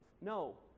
No